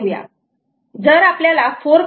जर आपल्याला 4